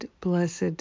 blessed